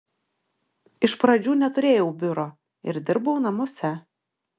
iš pradžių neturėjau biuro ir dirbau namuose